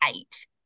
eight